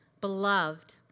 beloved